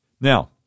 Now